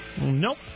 Nope